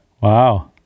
Wow